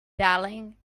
darling